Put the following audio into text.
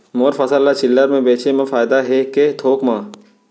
मोर फसल ल चिल्हर में बेचे म फायदा है के थोक म?